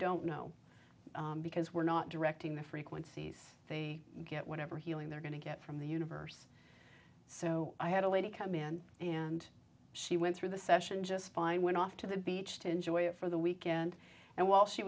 don't know because we're not directing the frequencies they get whatever healing they're going to get from the universe so i had a lady come in and she went through the session just fine went off to the beach to enjoy it for the weekend and while she